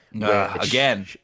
again